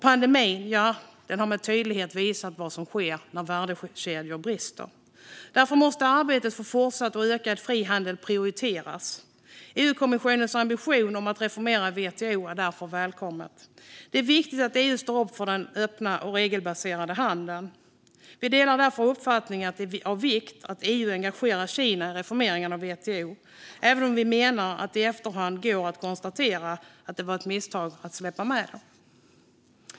Pandemin har med tydlighet visat vad som sker när värdekedjor brister. Därför måste arbetet för fortsatt och ökad frihandel prioriteras. EU-kommissionens ambition att reformera WTO är därför välkommen. Det är viktigt att EU står upp för den öppna och regelbaserade handeln. Vi delar därför uppfattningen att det är av vikt att EU engagerar Kina i reformeringen av WTO, även om vi menar att det i efterhand går att konstatera att det var ett misstag att släppa in dem.